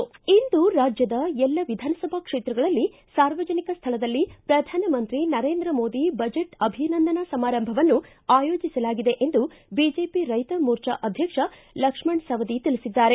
ಇಂದು ರಾಜ್ಯದ ಎಲ್ಲಾ ವಿಧಾನಸಭಾ ಕ್ಷೇತ್ರಗಳಲ್ಲಿ ಸಾರ್ವಜನಿಕ ಸ್ಥಳದಲ್ಲಿ ಪ್ರಧಾನಮಂತ್ರಿ ನರೇಂದ್ರ ಮೋದಿ ಬಜೆಟ್ ಅಭಿನಂದನಾ ಸಮಾರಂಭವನ್ನು ಆಯೋಜಿಸಲಾಗಿದೆ ಎಂದು ಬಿಜೆಪಿ ರೈತ ಮೋರ್ಚಾ ಅಧ್ಯಕ್ಷ ಲಕ್ಷ್ಮಣ್ ಸವದಿ ತಿಳಿಸಿದ್ದಾರೆ